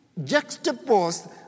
juxtapose